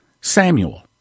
Samuel